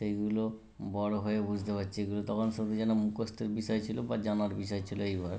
সেইগুলো বড়ো হয়ে বুঝতে পারছি এগুলো তখন শুধু যেন মুখস্তের বিষয় ছিলো বা জানার বিষয় ছিলো এইবার